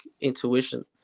intuition